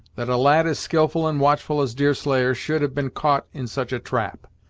that a lad as skilful and watchful as deerslayer should have been caught in such a trap!